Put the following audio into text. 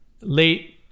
late